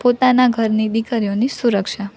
પોતાનાં ઘરની દીકરીઓની સુરક્ષા